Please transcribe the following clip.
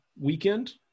weekend